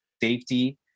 safety